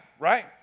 right